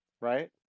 Right